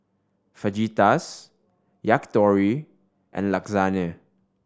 Fajitas Yakitori and Lasagna